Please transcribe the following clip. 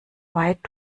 weit